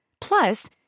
Plus